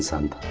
and